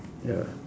ya